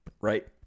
right